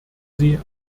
sie